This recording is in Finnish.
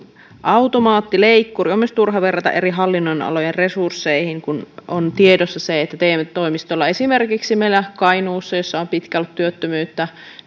automaattileikkuri on myös turha verrata eri hallinnonalojen resursseja kun on tiedossa se että te toimistoilla esimerkiksi meillä kainuussa jossa on pitkään ollut työttömyyttä